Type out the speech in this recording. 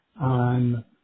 on